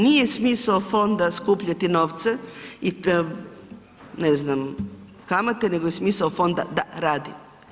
Nije smisao fonda skupljati novce i ne znam kamate, nego je smisao fonda da radi.